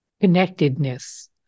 connectedness